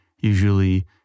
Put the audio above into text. usually